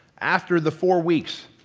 after the four weeks,